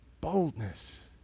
boldness